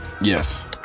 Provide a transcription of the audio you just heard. Yes